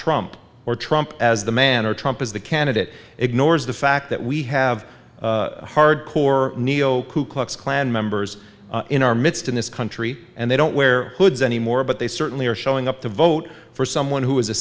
trump or trump as the man or trump as the candidate ignores the fact that we have hardcore neo kook klux klan members in our midst in this country and they don't wear hoods anymore but they certainly are showing up to vote for someone who is